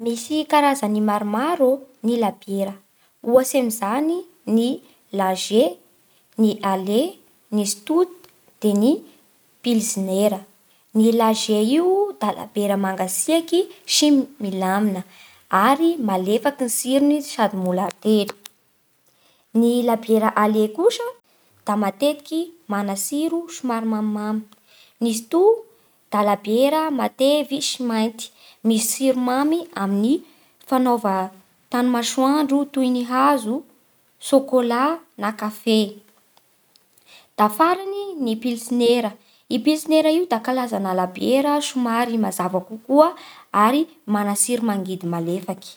Misy karazany maromaro ny labiera; ohatsy amin'izany ny lager, ny ales, ny stout dia ny pilsner. Ny lager io da labiera mangatsiaky sy m- milamigna ary malefaky ny tsirony sady mora ately. Ny labiera ales kosa da matetiky mana tsiro somary mamimamy. Ny stout da labiera matevy sy mainty, misy tsiro mamy amin'ny fanaova tanimasoandro toy ny hazo, sôkôla na kafe. Da farany ny pilsner, i pilsner io da kalazana labiera somary mazava kokoa ary mana tsiro mangidy malefaky.